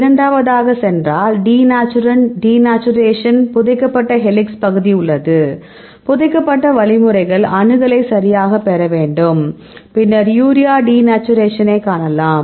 இரண்டாவதாகச் சென்றால் denaturant denaturation புதைக்கப்பட்ட helix பகுதி உள்ளது புதைக்கப்பட்ட வழிமுறைகள் அணுகலை சரியாக பெற வேண்டும் பின்னர் யூரியா டிநேச்சுரேஷனைக் காணலாம்